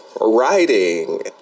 writing